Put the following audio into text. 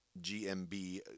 gmb